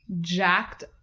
jacked